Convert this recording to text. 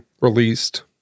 released